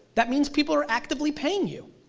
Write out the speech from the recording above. that means people are actively paying you.